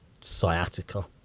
Sciatica